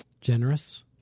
generous